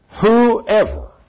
whoever